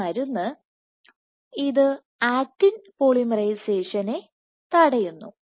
ഈ മരുന്ന് ഇത് ആക്റ്റിൻ പോളിമറൈസേഷനെ തടയുന്നു